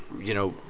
you know,